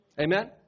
Amen